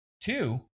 two